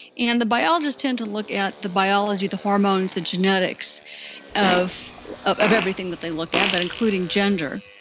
and the biologists tend to look at the biology, the hormones, the genetics of of everything that they look at, but including gender.